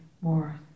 more